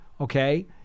okay